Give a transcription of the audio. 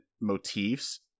motifs